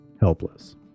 helpless